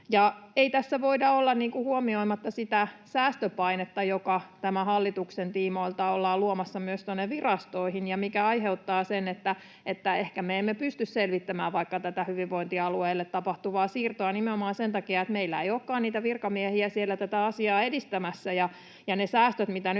Ei tässä voida olla huomioimatta sitä säästöpainetta, jota tämän hallituksen tiimoilta ollaan luomassa myös tuonne virastoihin ja joka aiheuttaa sen, että ehkä me emme pysty selvittämään vaikka tätä hyvinvointialueille tapahtuvaa siirtoa nimenomaan sen takia, että meillä ei olekaan niitä virkamiehiä siellä tätä asiaa edistämässä.